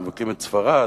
ומבכים את ספרד,